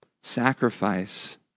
sacrifice